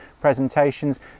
presentations